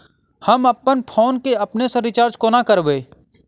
हम अप्पन फोन केँ अपने सँ रिचार्ज कोना करबै?